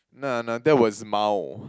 nah nah that was mild